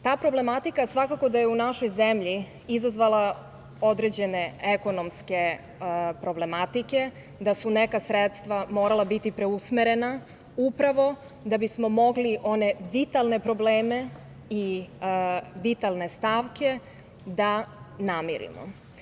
Ta problematika svakako da je u našoj zemlji izazvala određene ekonomske problematike, da su neka sredstva morala biti preusmerena upravo da bismo mogli one vitalne probleme i vitalne stavke da namirimo.